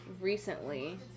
Recently